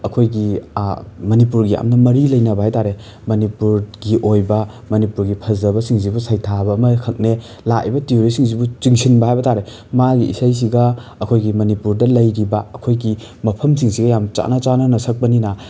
ꯑꯩꯈꯣꯏꯒꯤ ꯃꯅꯤꯄꯨꯔꯒꯤ ꯌꯥꯝꯅ ꯃꯔꯤ ꯂꯩꯅꯕ ꯍꯥꯏ ꯇꯥꯔꯦ ꯃꯅꯤꯄꯨꯔꯒꯤ ꯑꯣꯏꯕ ꯃꯅꯤꯄꯨꯔꯒꯤ ꯐꯖꯕꯁꯤꯡꯁꯤꯕꯨ ꯁꯩꯊꯥꯕ ꯑꯃ ꯈꯛꯅꯦ ꯂꯥꯛꯏꯕ ꯇꯨꯔꯤꯁꯁꯤꯡꯁꯤꯕꯨ ꯆꯤꯡꯁꯤꯟꯕ ꯍꯥꯏꯕ ꯇꯥꯔꯦ ꯃꯥꯒꯤ ꯏꯁꯩꯁꯤꯒ ꯑꯩꯈꯣꯏꯒꯤ ꯃꯅꯤꯄꯨꯔꯗ ꯂꯩꯔꯤꯕ ꯑꯩꯈꯣꯏꯒꯤ ꯃꯐꯝꯁꯤꯡꯁꯤꯒ ꯌꯥꯝ ꯆꯥꯟꯅ ꯆꯥꯟꯅꯅ ꯁꯛꯄꯅꯤꯅ